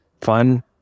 fun